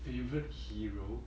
favourite hero